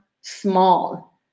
small